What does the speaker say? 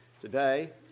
today